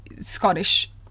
Scottish